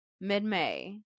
mid-May